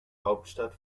hauptstadt